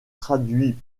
traduit